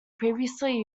previously